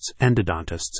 endodontists